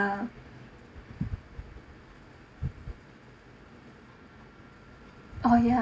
uh oh ya